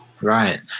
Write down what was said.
Right